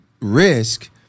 risk